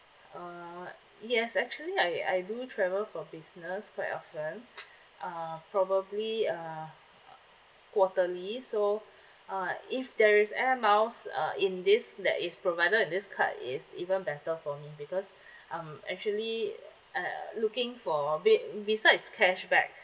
uh yes actually I I do travel for business quite often uh probably uh quarterly so uh if there is air miles uh in this that is provided in this card is even better for me because I'm actually uh looking for be~ besides cashback